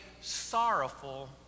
sorrowful